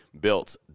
built